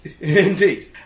Indeed